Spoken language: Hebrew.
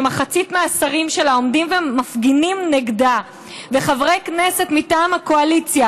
שמחצית מהשרים שלה עומדים ומפגינים נגדה וחברי כנסת מטעם הקואליציה